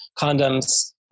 condoms